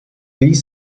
these